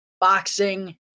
boxing